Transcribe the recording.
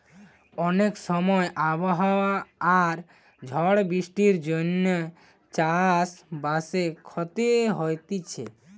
অনেক সময় আবহাওয়া আর ঝড় বৃষ্টির জন্যে চাষ বাসে ক্ষতি হতিছে